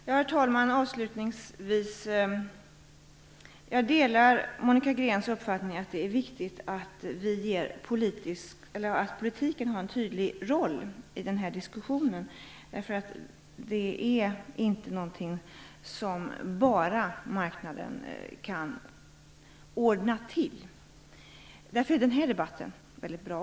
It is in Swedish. Herr talman! Avslutningsvis vill jag säga att jag delar Monica Greens uppfattning att det är viktigt att politiken har en tydlig roll i den här diskussionen. Det här är ingenting som marknaden kan ordna till på egen hand. Därför är också den här debatten väldigt bra.